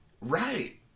right